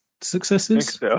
successes